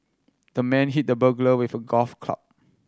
the man hit the burglar with a golf club